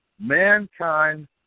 mankind